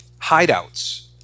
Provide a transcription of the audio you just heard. hideouts